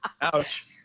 Ouch